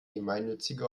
gemeinnützige